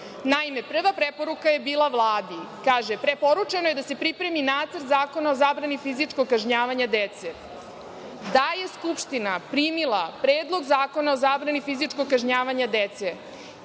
Naime, prva preporuka je bila Vladi. Kaže – preporučeno je da se pripremi nacrt zakona o zabrani fizičkog kažnjavanja dece. Da je Skupština primila predlog zakona o zabrani fizičkog kažnjavanja dece